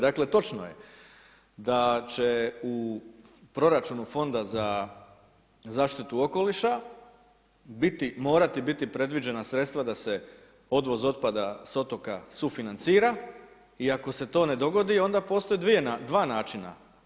Dakle, točno je da će u proračunu fonda, za zaštitu okoliša, biti morati biti predviđena sredstva da se odvoz otpada sa otoka sufinancira, i ako se to ne dogodi, onda postoji 2 načina.